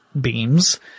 beams